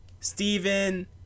Steven